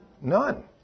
None